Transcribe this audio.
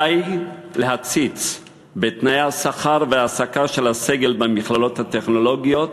די להציץ בתנאי השכר וההעסקה של הסגל במכללות הטכנולוגיות